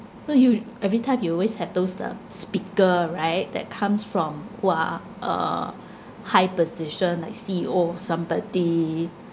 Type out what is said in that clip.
oh u~ every time he always have those uh speaker right that comes from !wah! uh high position like C_E_O somebody